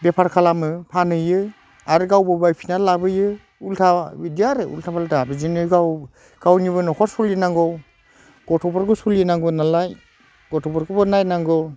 बेफार खालामो फानहैयो आरो गावबो बायफिननानै लाबोयो उलथा बिदि आरो उलथा फालथा बिदिनो गाव गावनिबो न'खर सोलिनांगौ गथ'फोरखौ सोलिनांगौनालाय गथ'फोरखौबो नायनांगौ